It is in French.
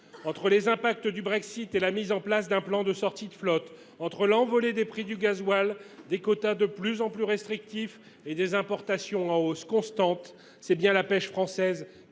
Entre les conséquences du Brexit, notamment la mise en place d’un plan de sortie de flotte, l’envolée des prix du gazole, des quotas de plus en plus restrictifs et des importations en hausse constante, c’est bien la pêche française qui